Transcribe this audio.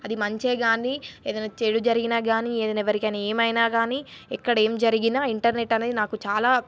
అది మంచి కానీ ఏదైనా చెడు జరిగినా కానీ ఏదైనా ఎవరికైనా ఏమైనా కానీ ఎక్కడ ఏమి జరిగినా ఇంటర్నెట్ అనేది నాకు చాలా